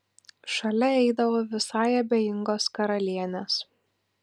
šalia eidavo visai abejingos karalienės